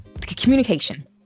communication